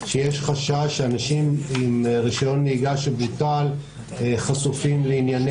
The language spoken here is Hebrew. שיש חשש שאנשים עם רישיון נהיגה שבוטל חשופים לענייני